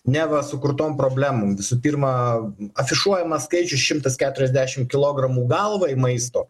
neva sukurtom problemom visų pirmą afišuojamas skaičius šimtas keturiasdešimt kilogramų galvai maisto